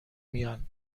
میان